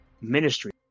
ministry